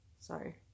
Sorry